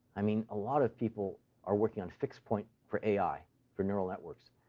i mean, a lot of people are working on fixed-point for ai for neural networks.